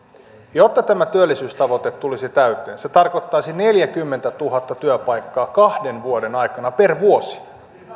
jotta tämä työllisyystavoite tulisi täyteen se tarkoittaisi neljäkymmentätuhatta työpaikkaa kahden vuoden aikana per vuosi